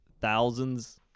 thousands